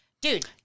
Dude